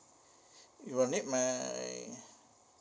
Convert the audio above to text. you will need my